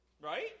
Right